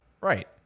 right